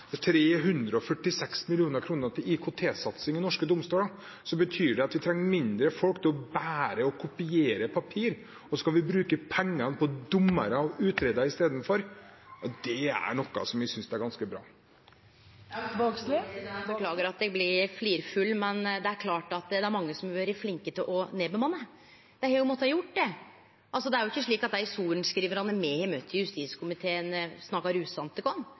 346 mill. kr til IKT-satsing i norske domstoler, betyr det at vi trenger færre mennesker til å bære og kopiere papir. Å bruke pengene på dommere og utredere isteden, er noe vi synes er ganske bra. Det blir oppfølgingsspørsmål – Lene Vågslid. Eg beklagar at eg blir flirfull, men det er klart at det er mange som har vore flinke til å nedbemanne. Dei har jo måtta gjort det. Det er ikkje slik at dei sorenskrivarane me har møtt i justiskomiteen, snakkar usant til oss om